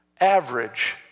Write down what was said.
average